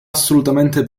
assolutamente